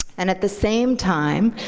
and at the same time,